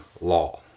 law